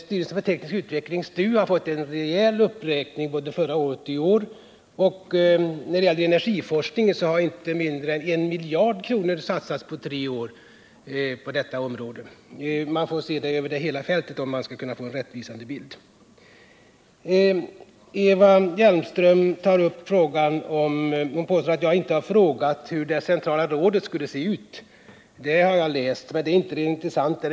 Styrelsen för teknisk utveckling, STU, har fått en rejäl uppräkning både förra året och i år av sitt anslag. När det gäller energiforskningen har för tre år inte mindre än en miljard kronor satsats på detta område. Man får se det över hela fältet, om man skall kunna få en rättvisande bild. Eva Hjelmström är förvånad över att jag har frågat hur det centrala rådet skulle se ut. Det där har jag läst, men det är inte det mest intressanta.